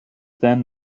then